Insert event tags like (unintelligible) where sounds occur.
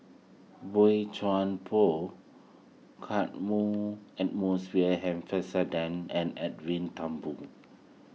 Boey Chuan Poh (unintelligible) and (unintelligible) Shepherdson and Edwin Thumboo